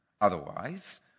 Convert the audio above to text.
Otherwise